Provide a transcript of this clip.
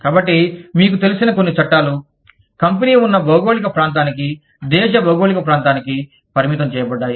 కాబట్టి మీకు తెలిసిన కొన్ని చట్టాలు కంపనీ వున్న భౌగోళిక ప్రాంతానికి దేశ భౌగోళిక ప్రాంతానికి పరిమితం చేయబడ్డాయి